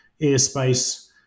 airspace